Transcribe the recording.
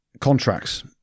contracts